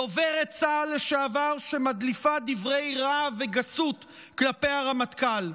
דוברת צה"ל לשעבר שמדליפה דברי רהב וגסות כלפי הרמטכ"ל.